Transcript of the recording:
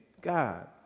God